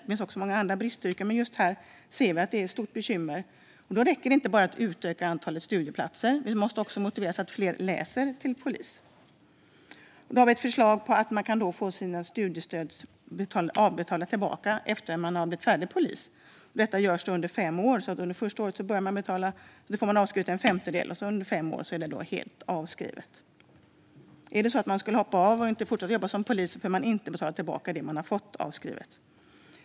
Det finns också många andra bristyrken, men just här ser vi att det är ett stort bekymmer. Då räcker det inte att bara utöka antalet studieplatser, utan vi måste också motivera fler att läsa till polis. Vi har därför ett förslag om att man ska kunna få sina studielån avskrivna efter att man har blivit färdig polis. Detta görs under fem år, vilket innebär att man under första året får en femtedel avskriven, och efter fem år är skulden helt avskriven. Om man hoppar av och inte fortsätter jobba som polis behöver man inte betala tillbaka det som man har fått avskrivet.